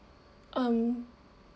um